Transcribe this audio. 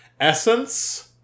essence